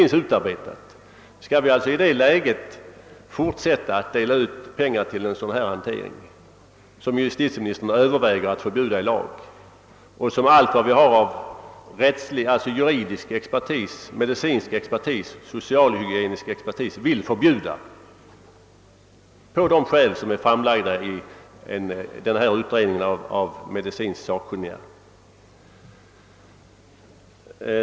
Skal vi i detta läge fortsätta att dela ut pengar till en hantering som justitieministern överväger att förbjuda i lag och som all vår juridiska, medicinska och socialhygieniska expertis vill förbjuda på grundval av de skäl som framlagts i den här utredningen av medicinskt sakkunniga?